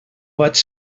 vaig